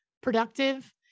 productive